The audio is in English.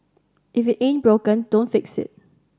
if it ain't broken don't fix it